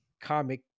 comic